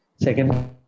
Second